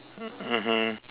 mmhmm